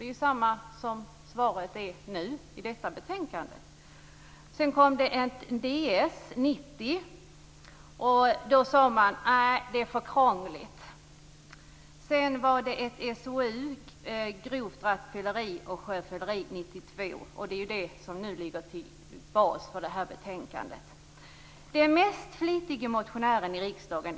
Det är samma svar som i detta betänkande. År 1990 kom en Ds. Då sade man: Nej, det är för krångligt. Så har vi en SOU, Grovt rattfylleri och sjöfylleri, 1992. Det är det som ligger som bas för det här betänkandet. Jonsson. Han sitter här i dag.